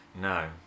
No